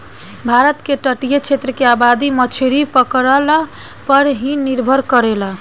भारत के तटीय क्षेत्र के आबादी मछरी पकड़ला पर ही निर्भर करेला